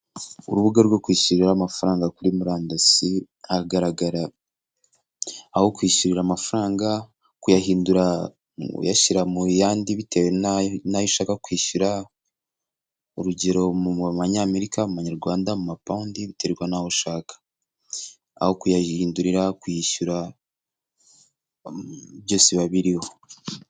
Urubuga rwo kwishyurira amafaranga kuri murandasi, hagaragara aho kwishyurira amafaranga, kuyahindura uyashyira mu yandi bitewe n'ayo ushaka kwishyura, urugero mu manyamerika, amanyarwanda, amapawundi biterwa n'aho ushaka, aho kuyahindurira kuyishyura byose biba biriho.